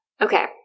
Okay